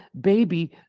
baby